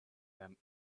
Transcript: that